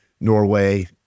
Norway